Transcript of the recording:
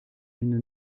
une